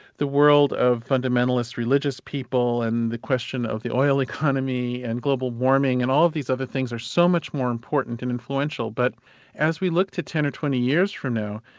the world of fundamentalist religious people and the question of the oil economy and global warming and all these other things are so much more important and influential, but as we look to ten or twenty years from now,